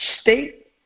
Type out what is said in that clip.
State